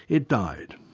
it died.